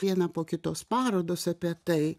viena po kitos parodos apie tai